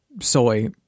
soy